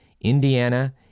Indiana